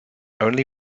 only